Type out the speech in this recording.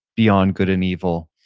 beyond good and evil.